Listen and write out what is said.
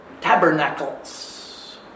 Tabernacles